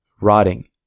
rotting